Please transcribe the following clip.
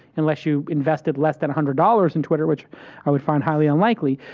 unless you invested less than a hundred dollars in twitter, which i would find highly unlikely.